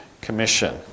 Commission